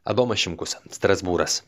adomas šimkus strasbūras